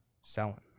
Selling